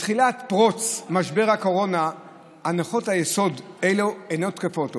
מתחילת פרוץ משבר הקורונה הנחות יסוד אלה אינן תקפות עוד.